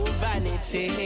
vanity